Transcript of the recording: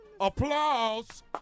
Applause